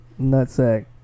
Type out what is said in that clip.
nutsack